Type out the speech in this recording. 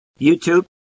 YouTube